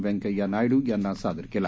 वेंकय्या नायडू यांना सादर केला